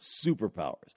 superpowers